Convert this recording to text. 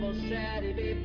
saturday.